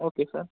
okay sir